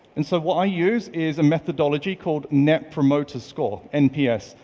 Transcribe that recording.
and so what i use is a methodology called net promoter score, nps.